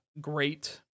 great